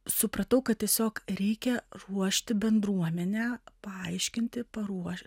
supratau kad tiesiog reikia ruošti bendruomenę paaiškinti paruošti